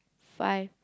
five